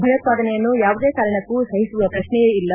ಭಯೋತ್ಪಾದನೆಯನ್ನು ಯಾವುದೇ ಕಾರಣಕ್ಕೂ ಸಹಿಸುವ ಪ್ರಶ್ನೆಯೇ ಇಲ್ಲ